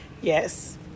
Yes